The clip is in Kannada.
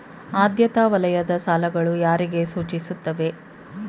ಆದ್ಯತಾ ವಲಯದ ಸಾಲಗಳು ಯಾರಿಗೆ ಸೂಚಿಸುತ್ತವೆ?